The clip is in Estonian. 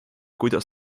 kuidas